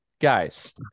guys